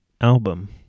album